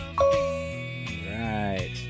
Right